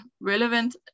relevant